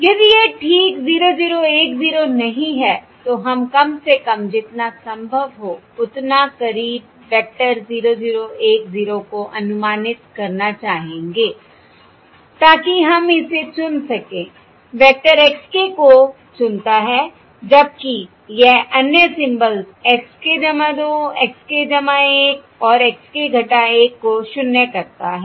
यदि यह ठीक 0 0 1 0 नहीं है तो हम कम से कम जितना संभव हो उतना करीब वेक्टर 0 0 1 0 को अनुमानित करना चाहेंगे ताकि हम इसे चुन सकें वेक्टर x k को चुनता है जबकि यह अन्य symbols x k 2 x k 1 और x k 1 को शून्य करता है